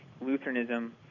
lutheranism